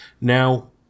Now